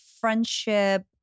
friendship